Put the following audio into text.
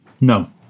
No